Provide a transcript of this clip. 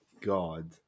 god